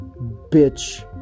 Bitch